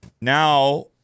now